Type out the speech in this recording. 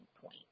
point